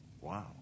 Wow